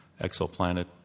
exoplanet